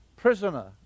prisoner